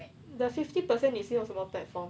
the fifty percent 你是用什么 platform